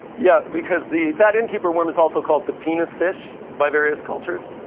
yeah, because the fat innkeeper one is also called the penis fish, by various cultures.